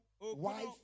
wife